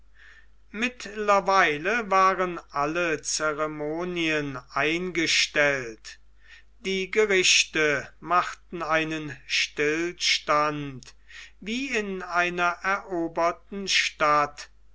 mittlerweile waren alle ceremonien eingestellt die gerichte machten einen stillstand wie in einer eroberten stadt